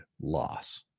loss